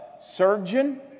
surgeon